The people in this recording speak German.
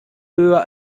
höher